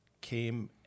came